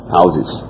houses